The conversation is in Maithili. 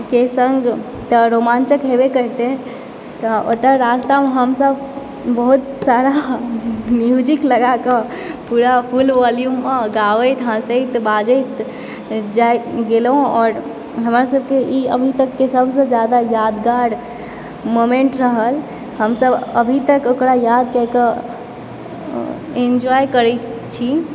के सङ्ग तऽ रोमाञ्चक हेबे करतय तऽ ओतय रास्तामऽ हमसभ बहुत सारा म्यूजिक लगाकऽ पूरा फुल वोल्युममऽ गाबैत हँसैत बाजैत जाइ गेलहुँ आओर हमर सभकेँ ई अभी तकके सभसे जादा यादगार मोमेन्ट रहल हमसभ अभी तक ओकरा यादके कऽ इन्जॉय करैत छी